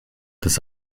das